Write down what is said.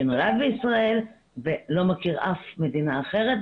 שנולד בישראל ולא מכיר אף מדינה אחרת,